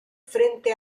frente